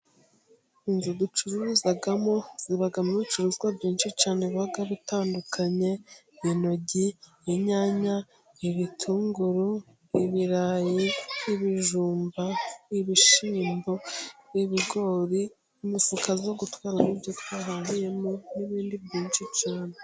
Inzu ducuruzamo zibamo ibicuruzwa byinshi cyane biba bitandukanye, intoryi, inyanya, ibitunguru, ibirayi n' ibijumba, ibishimbo, ibigori, n' imifuka yo gutwara ibyo twahahiyemo, n'ibindi byinshi cyane.